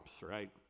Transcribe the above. right